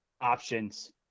options